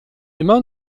immer